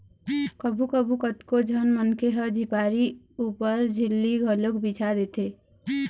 कभू कभू कतको झन मनखे ह झिपारी ऊपर झिल्ली घलोक बिछा देथे